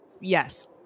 yes